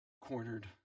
cornered